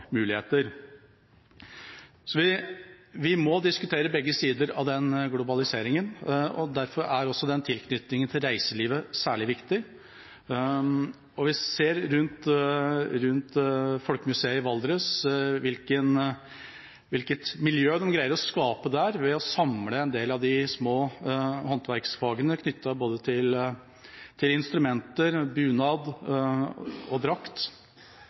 muligheter, så vi må diskutere begge sider av den globaliseringen. Derfor er også tilknytningen til reiselivet særlig viktig. Vi ser hvilket miljø Valdres Folkemuseum greier å skape ved å samle en del av de små håndverksfagene knyttet til både instrumenter, bunader og